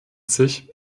sich